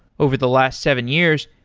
over the last seven years,